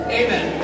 amen